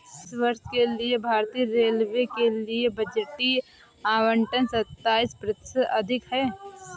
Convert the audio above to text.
इस वर्ष के लिए भारतीय रेलवे के लिए बजटीय आवंटन सत्ताईस प्रतिशत अधिक है